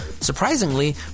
Surprisingly